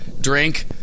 drink